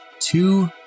two